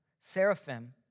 Seraphim